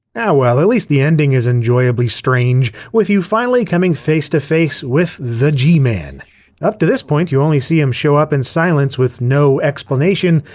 ah well at least the ending is enjoyably strange, with you finally coming face to face with the g-man. up to this point you only see him show up in silence with no explanation.